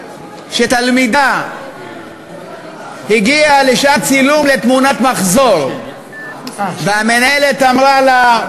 שתלמידה הגיעה לשעת צילום לתמונת מחזור והמנהלת אמרה לה: